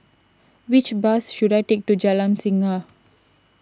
which bus should I take to Jalan Singa